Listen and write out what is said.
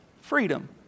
freedom